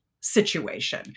situation